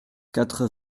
quatre